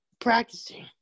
practicing